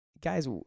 guys